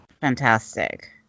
Fantastic